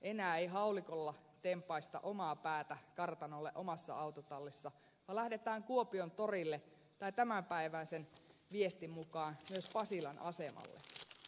enää ei haulikolla tempaista omaa päätä kartanolle omassa autotallissa vaan lähdetään kuopion torille tai tämänpäiväisen viestin mukaan myös pasilan asemalle